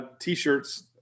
t-shirts